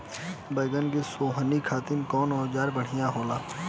बैगन के सोहनी खातिर कौन औजार बढ़िया होला?